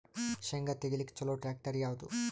ಶೇಂಗಾ ತೆಗಿಲಿಕ್ಕ ಚಲೋ ಟ್ಯಾಕ್ಟರಿ ಯಾವಾದು?